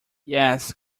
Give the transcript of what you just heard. yes